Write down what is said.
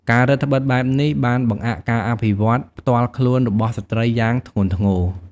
ការរឹតត្បិតបែបនេះបានបង្អាក់ការអភិវឌ្ឍន៍ផ្ទាល់ខ្លួនរបស់ស្ត្រីយ៉ាងធ្ងន់ធ្ងរ។